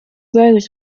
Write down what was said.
rows